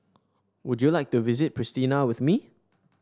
would you like to visit Pristina with me